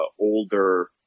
older